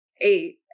eight